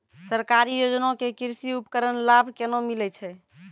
सरकारी योजना के कृषि उपकरण लाभ केना मिलै छै?